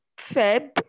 Feb